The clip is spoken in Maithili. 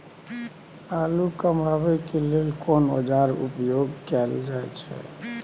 आलू कमाबै के लेल कोन औाजार उपयोग कैल जाय छै?